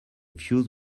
fuse